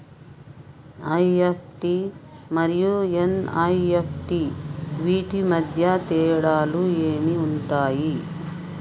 EFT మరియు NEFT వీటి మధ్య తేడాలు ఏమి ఉంటాయి?